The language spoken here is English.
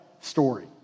story